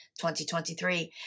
2023